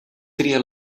tria